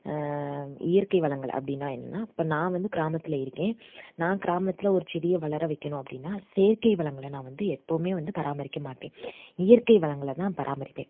இயற்கை வளங்கள் அப்படினா என்னென்னால் இப்போ நான் வந்து கிராமத்தில் இருக்கேன் நான் கிராமத்தில் ஒரு செடியை வளர வைக்கணும் அப்படினா செயற்கை வளங்களை நான் வந்து எப்பவுமே வந்து பராமரிக்க மாட்டேன் இயற்கை வளங்களை தான் பராமரிப்பேன்